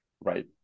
Right